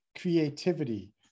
creativity